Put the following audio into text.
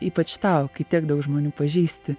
ypač tau kai tiek daug žmonių pažįsti